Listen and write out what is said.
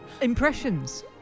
impressions